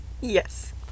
yes